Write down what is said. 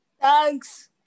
Thanks